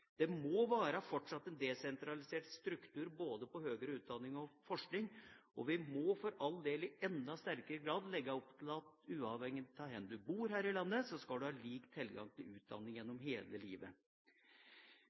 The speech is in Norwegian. Det må fortsatt være en desentralisert struktur på både høgere utdanning og forskning, og vi må for all del i enda sterkere grad legge opp til at, uavhengig av hvor en bor i landet, skal en ha lik tilgang til utdanning